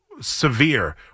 severe